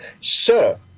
Sir